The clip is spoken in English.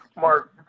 Mark